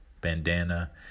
bandana